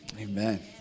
amen